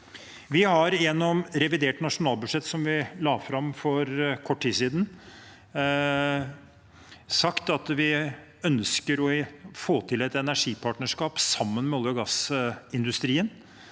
Vi har gjennom revidert nasjonalbudsjett, som vi la fram for kort tid siden, sagt at vi ønsker å få til et energipartnerskap sammen med olje- og gassindustrien